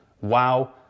Wow